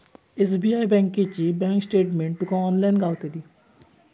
SBI बँकेची bank statement तुका online गावतली